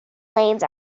lanes